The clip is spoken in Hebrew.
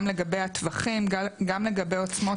גם לגבי הטווחים, גם לגבי עוצמות.